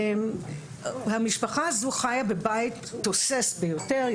המשפחה הזו חיה בבית תוסס ביותר,